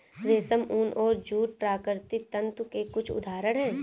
रेशम, ऊन और जूट प्राकृतिक तंतु के कुछ उदहारण हैं